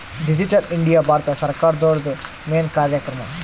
digital India Bharat ಸರ್ಕಾರ್ದೊರ್ದು main ಕಾರ್ಯಕ್ರಮ